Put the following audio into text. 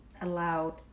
allowed